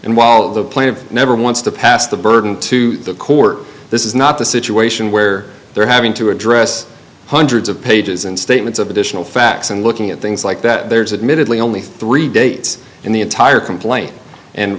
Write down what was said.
and while the planet never wants to pass the burden to the court this is not the situation where they're having to address hundreds of pages and statements of additional facts and looking at things like that there is admittedly only three dates in the entire complaint and